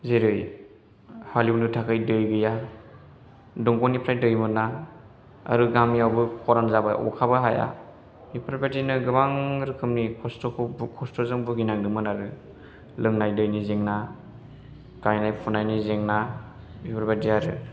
जेरै हालेवनो थाखाय दै गैया दंग'निफ्राय दै मोना आरो गामियावबो खरान जाबाय अखाबो हाया बेफोरबायदिनो गोबां रोखोमनि खस्थ'खौ जों भुगिनांदोंमोन आरो लोंनाय दैनि जेंना गायनाय फुनायनि जेंना बेफोरबादि आरो